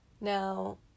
Now